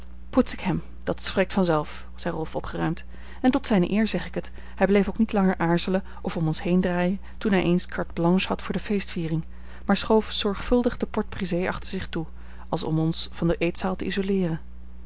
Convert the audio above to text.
poets ik hem dat spreekt vanzelf zei rolf opgeruimd en tot zijne eer zeg ik het hij bleef ook niet langer aarzelen of om ons heendraaien toen hij eens carte blanche had voor de feestviering maar schoof zorgvuldig de porte-brisée achter zich toe als om ons van de eetzaal te isoleeren